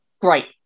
great